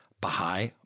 Baha'i